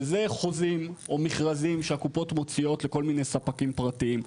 שזה חוזים או מכרזים שהקופות מוציאות לכל מיני ספקים פרטיים.